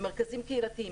במרכזים קהילתיים.